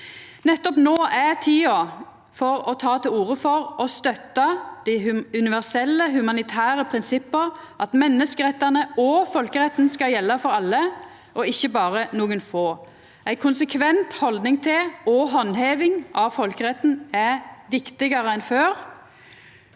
no er tida for å ta til orde for og støtta dei universelle humanitære prinsippa, at menneskerettane og folkeretten skal gjelda for alle og ikkje berre for nokre få. Ei konsekvent haldning til og handheving av folkeretten er viktigare enn før.